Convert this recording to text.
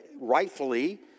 rightfully